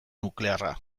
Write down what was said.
nuklearra